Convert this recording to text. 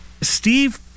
Steve